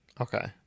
Okay